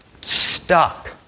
stuck